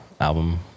album